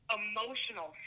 emotional